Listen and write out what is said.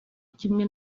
kimwe